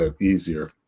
easier